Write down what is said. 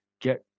Get